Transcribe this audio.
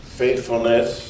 faithfulness